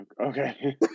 Okay